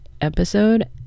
episode